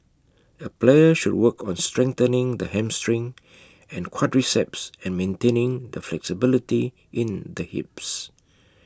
A player should work on strengthening the hamstring and quadriceps and maintaining the flexibility in the hips